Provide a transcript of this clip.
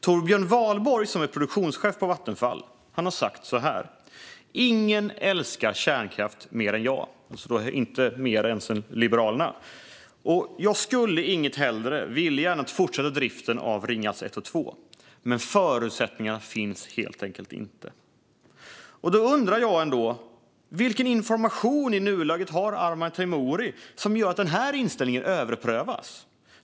Torbjörn Wahlborg, produktionschef på Vattenfall, har sagt så här: "Ingen älskar kärnkraft mer än jag och jag skulle inget hellre vilja än att fortsätta driften även i Ringhals 1 och 2. Men förutsättningarna finns helt enkelt inte." Då undrar jag: Vilken information har Arman Teimouri i nuläget som gör att den inställningen överprövas?